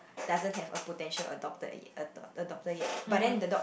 doesn't have a potential adopted adopter~ adopter yet but then the dog